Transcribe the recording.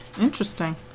Interesting